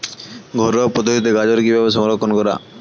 ঘরোয়া পদ্ধতিতে গাজর কিভাবে সংরক্ষণ করা?